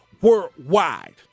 worldwide